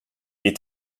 est